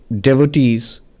devotees